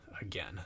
again